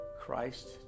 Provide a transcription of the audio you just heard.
Christ